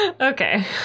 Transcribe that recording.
Okay